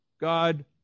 God